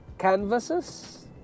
Canvases